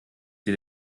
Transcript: sie